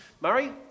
Murray